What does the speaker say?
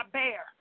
bear